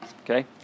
Okay